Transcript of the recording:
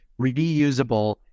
reusable